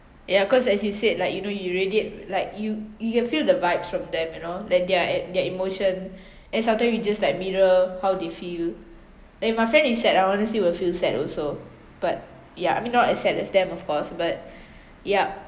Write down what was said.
ya cause as you said like you know you already like you you can feel the vibes from them you know that they are at their emotion and sometime you just like mirror how they feel and if my friend is sad ah I honestly will feel sad also but yeah I mean not as sad as them of course but yup